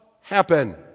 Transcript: happen